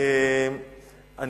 נכון, נכון.